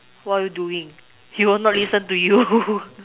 what you doing he would not listen to you